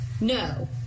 No